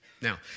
Now